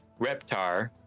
Reptar